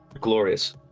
Glorious